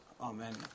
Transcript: Amen